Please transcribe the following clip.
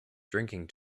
drinking